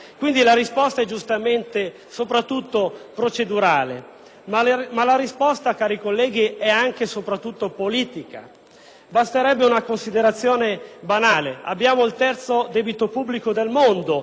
ma la risposta, cari colleghi, è anche e soprattutto politica. Basterebbe una considerazione banale: abbiamo il terzo debito pubblico del mondo con l'attuale sistema di uso delle risorse.